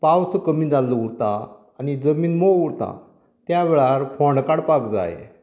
पावस कमी जाल्लो उरता आनी जमीन मोव उरता त्या वेळार फोंड काडपाक जाय